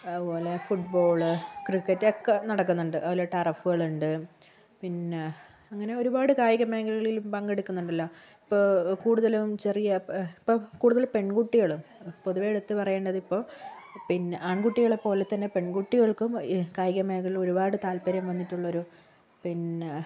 അതുപോലെ ഫുട്ബോള് ക്രിക്കറ്റൊക്കെ നടക്കുന്നുണ്ട് അതുപോലെ ടറഫുകളുണ്ട് പിന്നെ അങ്ങനെ ഒരുപാട് കായികമേഖലകളിൽ പങ്കെടുക്കുന്നുണ്ടല്ലോ ഇപ്പൊൾ കുടുതലും ചെറിയ ഇപ്പൊൾ കുടുതലും പെൺകുട്ടികള് പൊതുവേ എടുത്ത് പറയേണ്ടതിപ്പോൾ പിന്നെ ആൺകുട്ടികളെ പോലെ തന്നെ പെൺകുട്ടികൾക്കും കായികമേഖലകളിൽ ഒരുപാട് താൽപ്പര്യം വന്നിട്ടുള്ളൊരു പിന്നെ